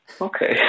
Okay